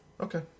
okay